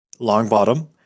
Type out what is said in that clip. Longbottom